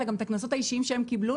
אלא גם את הקנסות האישיים שהם קיבלו,